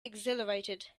exhilarated